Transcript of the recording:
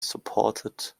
supported